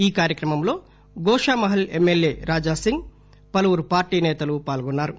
ఈ కార్యక్రమంలో గోషామహల్ ఎమ్మెల్యే రాజాసింగ్ పలువురు పార్టీ నేతలు పాల్గొన్నారు